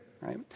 right